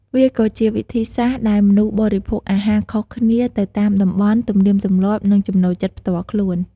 វាក៏ជាវិធីសាស្ត្រដែលមនុស្សបរិភោគអាហារខុសគ្នាទៅតាមតំបន់ ទំនៀមទម្លាប់ និងចំណូលចិត្តផ្ទាល់ខ្លួន។